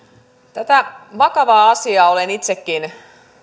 tätä vakavaa asiaa olen itsekin